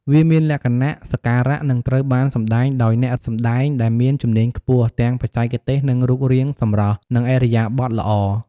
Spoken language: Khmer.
វាមានលក្ខណៈសក្ការៈ និងត្រូវបានសម្តែងដោយអ្នកសម្តែងដែលមានជំនាញខ្ពស់ ទាំងបច្ចេកទេស និងរូបរាងសម្រស់ និងឥរិយាបថល្អ។